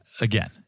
Again